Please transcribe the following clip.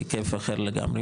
בהיקף אחר לגמרי,